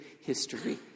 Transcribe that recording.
history